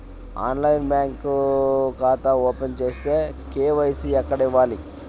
ఆన్లైన్లో బ్యాంకు ఖాతా ఓపెన్ చేస్తే, కే.వై.సి ఎక్కడ ఇవ్వాలి?